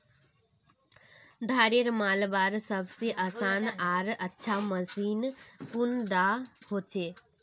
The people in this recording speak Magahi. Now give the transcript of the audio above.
धानेर मलवार सबसे आसान आर अच्छा मशीन कुन डा होचए?